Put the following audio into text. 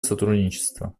сотрудничество